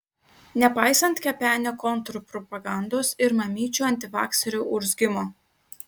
nepaisant kepenio kontrpropagandos ir mamyčių antivakserių urzgimo